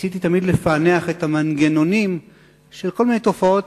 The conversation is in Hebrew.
ניסיתי תמיד לפענח את המנגנונים של כל מיני תופעות,